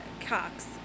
Cox